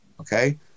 okay